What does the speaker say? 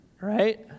right